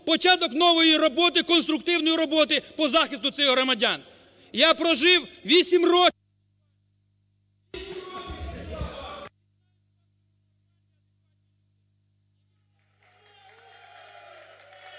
початок нової роботи, конструктивної роботи по захисту цих громадян. Я прожив 8 років…